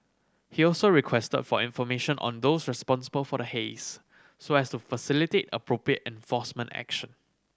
he also requested for information on those responsible for the haze so as to facilitate appropriate enforcement action